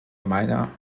meiner